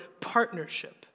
partnership